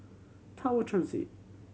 Tower Transit